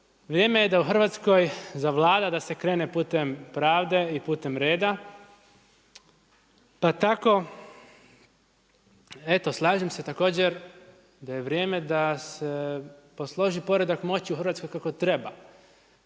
Vrijeme je da u Hrvatskoj zavlada, da se krene putem pravde i putem reda, pa tako, eto slažem se također, da je vrijeme da se posloži poredak moći u Hrvatskoj kako treba.